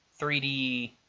3D